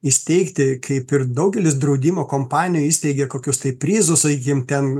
įsteigti kaip ir daugelis draudimo kompanijų įsteigė kokius tai prizus sakykim ten